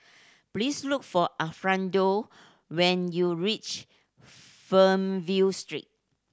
please look for Alfredo when you reach Fernvale Street